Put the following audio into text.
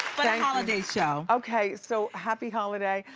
but holiday show. okay, so happy holiday,